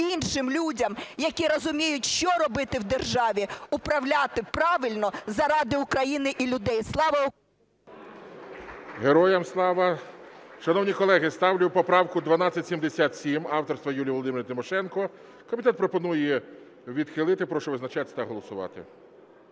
іншим людям, які розуміють, що робити в державі, управляти правильно заради України і людей. Слава… ГОЛОВУЮЧИЙ. Героям слава! Шановні колеги, ставлю поправку 1277 авторства Юлії Володимирівни Тимошенко. Комітет пропонує відхилити. Прошу визначатись та голосувати.